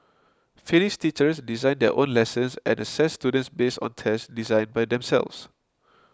finnish teachers design their own lessons and assess students based on tests designed by themselves